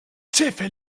ĉefe